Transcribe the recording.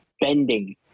bending